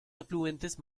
afluentes